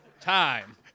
Time